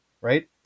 right